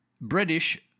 British